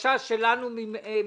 הבקשה שלנו מכם,